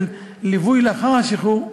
של ליווי לאחר השחרור,